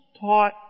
taught